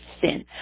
sin